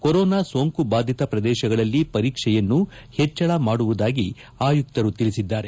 corona ಸೋಂಕು ಬಾಧಿತ ಪ್ರದೇಶಗಳಲ್ಲಿ ಪರೀಕ್ಷೆಯನ್ನು ಹೆಚ್ಚಳ ಮಾಡುವುದಾಗಿ ಆಯುಕ್ತರು ತಿಳಿಸಿದ್ದಾರೆ